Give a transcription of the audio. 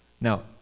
Now